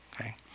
okay